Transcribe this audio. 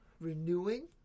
renewing